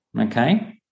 okay